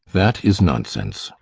that is nonsense.